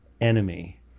enemy